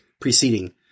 preceding